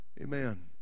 Amen